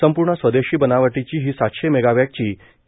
संपूर्ण स्वदेशी बनावटीची ही सातशे मेगावॅटची के